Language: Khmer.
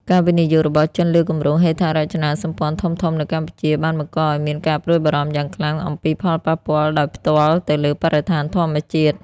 ការវិនិយោគរបស់ចិនលើគម្រោងហេដ្ឋារចនាសម្ព័ន្ធធំៗនៅកម្ពុជា បានបង្កឲ្យមានការព្រួយបារម្ភយ៉ាងខ្លាំងអំពីផលប៉ះពាល់ដោយផ្ទាល់ទៅលើបរិស្ថានធម្មជាតិ។